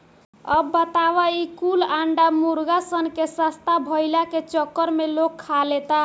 अब बताव ई कुल अंडा मुर्गा सन के सस्ता भईला के चक्कर में लोग खा लेता